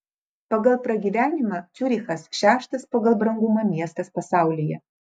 pagal pragyvenimą ciurichas šeštas pagal brangumą miestas pasaulyje